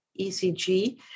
ECG